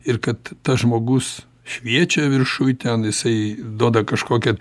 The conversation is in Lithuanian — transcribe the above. ir kad tas žmogus šviečia viršuj ten jisai duoda kažkokią